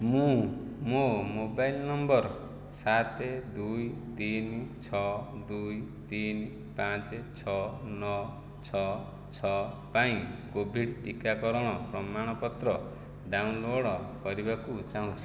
ମୁଁ ମୋ mobile number ସାତ ଦୁଇ ତିନି ଛଅ ଦୁଇ ତିନି ପାଞ୍ଚ ଛଅ ନଅ ଛଅ ଛଅ ପାଇଁ କୋଭିଡ଼୍ ଟିକାକରଣ ପ୍ରମାଣପତ୍ର ଡାଉନଲୋଡ଼୍ କରିବାକୁ ଚାହୁଁଛି